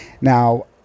Now